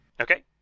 Okay